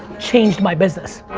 changed my business.